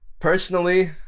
personally